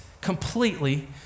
completely